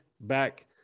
back